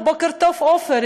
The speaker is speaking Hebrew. בוקר טוב עופר,